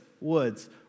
woods